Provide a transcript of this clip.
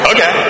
Okay